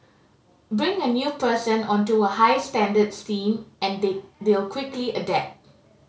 bring a new person onto a high standards team and they they'll quickly adapt